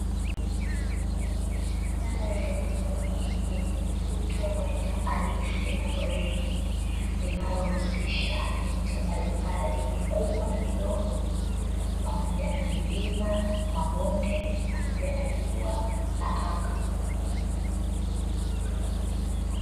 Mandhari ya jioni yenye mvuto wa eneo halisi la porini, linalohusisha miti mbalimbali mikubwa na midogo, pamoja na milima, mabonde pamoja na jua na anga.